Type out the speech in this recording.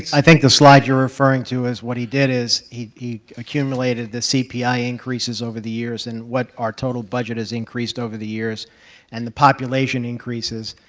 i think the slide you're referring to is what he did is he accumulated the cpi increases over the years and what our total budget has increased over the years and the population increases,